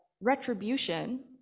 retribution